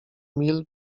mil